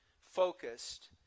focused